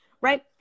right